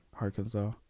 Arkansas